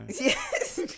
Yes